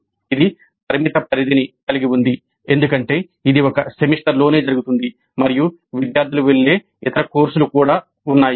ఇది పరిమిత పరిధిని కలిగి ఉంది ఎందుకంటే ఇది ఒక సెమిస్టర్లోనే జరుగుతుంది మరియు విద్యార్థులు వెళ్ళే ఇతర కోర్సులు కూడా ఉన్నాయి